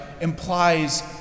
implies